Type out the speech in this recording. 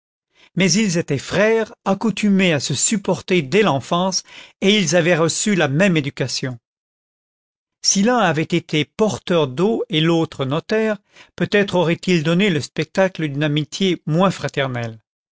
mais ils étaient frères accoutumés à se supporter dès l'enfance et ils avaient reçu la même éducation si l'un avait été porteur d'eau et l'autre notaire peut-être auraient-ils donné le spectacle d'une amitié moins fraternelle